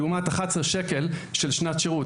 לעומת 11 ₪ לשעה לשנת שירות.